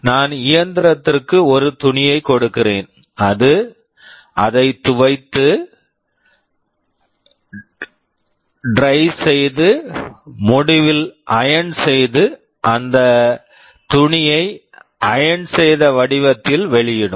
நான் இயந்திரத்திற்கு ஒரு துணியைக் கொடுக்கிறேன் அது அதை துவைத்து ட்ரய் dry செய்து முடிவில் அயன் iron செய்து அந்தத் துணியை அயன் iron செய்த வடிவத்தில் வெளியிடும்